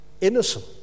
innocent